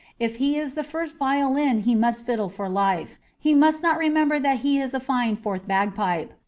if he is the first violin he must fiddle for life he must not remember that he is a fine fourth bagpipe,